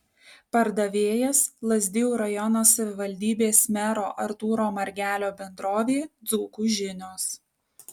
pardavėjas lazdijų rajono savivaldybės mero artūro margelio bendrovė dzūkų žinios